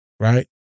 Right